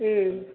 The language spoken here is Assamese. অ'